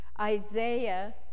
Isaiah